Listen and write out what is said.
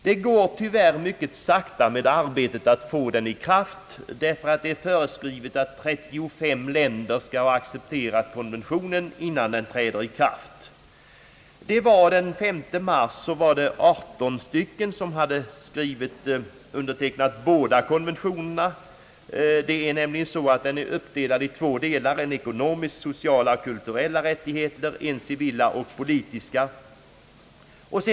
Det går emellertid tyvärr mycket sakta med arbetet att få den i kraft. Det är nämligen föreskrivet att 35 länder skall ha accepterat konventionen innan den träder i kraft. Den 5 mars hade 18 länder undertecknat båda konventionerna. Konventionen är nämligen uppdelad i två delar. En behandlar ekonomiska, kulturella och sociala rättigheter, och en behandlar civila och politiska rättigheter.